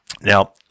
Now